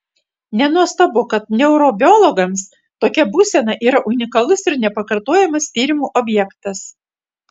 nenuostabu kad neurobiologams tokia būsena yra unikalus ir nepakartojamas tyrimų objektas